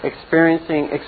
experiencing